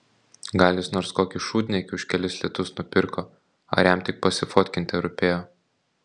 gal jis nors kokį šūdniekį už kelis litus nupirko ar jam tik pasifotkint terūpėjo